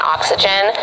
Oxygen